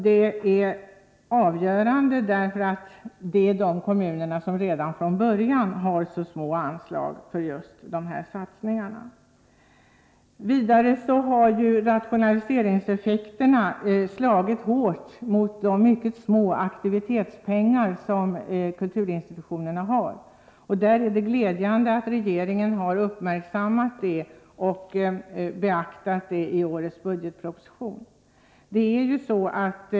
Det är avgörande, eftersom de kommunerna redan från början har mycket små anslag för just sådana satsningar. Vidare har rationaliseringseffekterna slagit hårt mot de mycket små aktivitetsniedel som kulturinstitutionerna har. Det är glädjande att regeringen har uppmärksammat detta och beaktat det i årets budgetproposition.